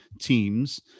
teams